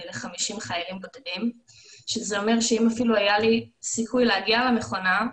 ל-50 חיילים בודדים שזה אומר שאם אפילו היה לי סיכוי להגיע למכונה,